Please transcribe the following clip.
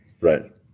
Right